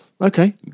Okay